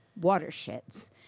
watersheds